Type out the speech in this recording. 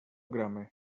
gramy